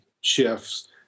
shifts